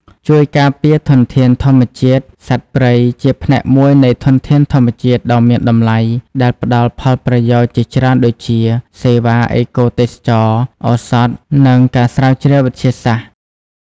ជួយការពារធនធានធម្មជាតិ សត្វព្រៃជាផ្នែកមួយនៃធនធានធម្មជាតិដ៏មានតម្លៃ ដែលផ្ដល់ផលប្រយោជន៍ជាច្រើនដូចជា សេវាអេកូទេសចរណ៍ ឱសថ និងការស្រាវជ្រាវវិទ្យាសាស្ត្រ។